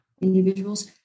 individuals